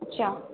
अच्छा